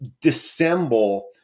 dissemble